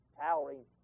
towering